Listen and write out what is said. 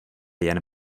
jen